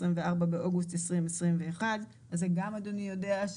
(24 באוגוסט 2021)." את זה גם אדוני יודע,